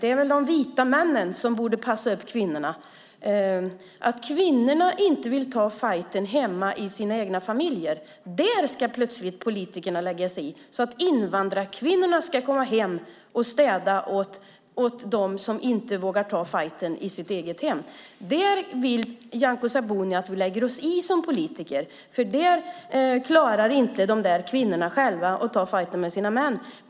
Det är väl de vita männen som borde passa upp kvinnorna. När kvinnorna inte vill ta fajten hemma i sina egna familjer ska politikerna plötsligt lägga sig i, så att invandrarkvinnorna ska komma och städa åt dem som inte vågar ta fajten i sitt eget hem. Där vill Nyamko Sabuni att vi politiker lägger oss i, för där klarar inte kvinnorna själva att ta fajten med sina män.